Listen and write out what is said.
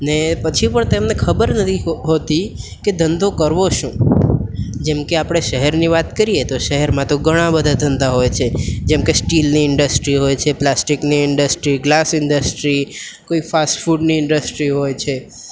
ને પછી પણ તેમને ખબર નથી હોતી કે ધંધો કરવો શું જેમ કે આપણે શહેરની વાત કરીએ તો શહેરમાં તો ઘણા બધા ધંધા હોય છે જેમકે સ્ટીલની ઇન્ડસ્ટ્રી હોય છે પ્લાસ્ટિકની ઇન્ડસ્ટ્રી ગ્લાસ ઈન્ડસ્ટ્રી કોઈ ફાસ્ટફૂડની ઇન્ડસ્ટ્રી હોય છે